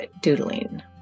doodling